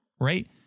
right